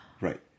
right